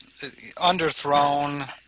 underthrown